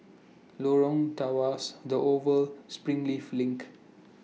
Lorong Tawas The Oval Springleaf LINK